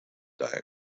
diagram